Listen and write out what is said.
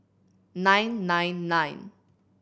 nine nine nine